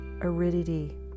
aridity